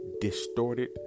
distorted